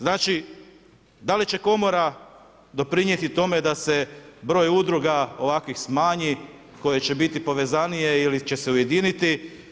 Znači, da li će komora doprinijeti tome da se broj udruga ovakvih smanji, koje će biti povezanije ili će se ujediniti?